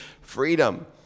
freedom